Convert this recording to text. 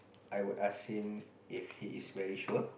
I would ask him if he is very sure